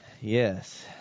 Yes